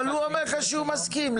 אבל הוא אומר לך שהוא מסכים,